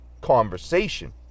conversation